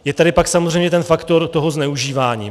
Je tady pak samozřejmě ten faktor zneužívání.